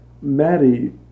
Maddie